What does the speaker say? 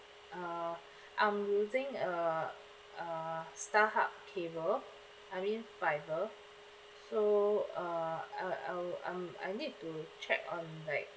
uh I'm using a uh starhub cable I mean fibre so uh I'll I'll I'll I need to check on like